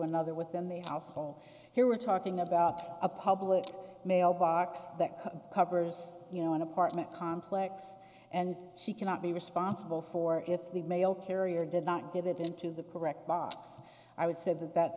another with them a house call here we're talking about a public mailbox that covers you know an apartment complex and she cannot be responsible for if the mail carrier did not get it into the correct box i would say that that